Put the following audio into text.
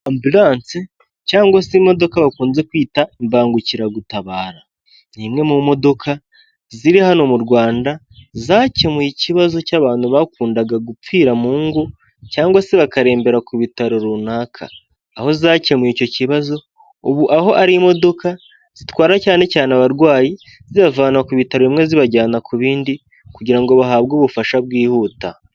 Ambilanse cyangwa se imodoka bakunze kwita imbangukiragutabara. Ni imwe mu modoka ziri hano mu Rwanda, zakemuye ikibazo cy'abantu bakundaga gupfira mu ngo, cyangwa se bakarembera ku bitaro runaka. Aho zakemuye icyo kibazo, ubu aho ari imodoka, zitwara cyane cyane abarwayi, zibavana ku bitaro bimwe zibajyana ku bindi, kugira ngo bahabwe ubufasha bwihuta.